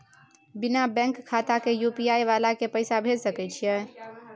बिना बैंक खाता के यु.पी.आई वाला के पैसा भेज सकै छिए की?